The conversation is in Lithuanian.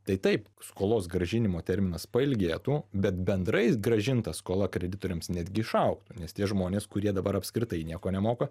tai taip skolos grąžinimo terminas pailgėtų bet bendrai grąžinta skola kreditoriams netgi išaugtų nes tie žmonės kurie dabar apskritai nieko nemoka